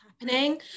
happening